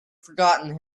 forgotten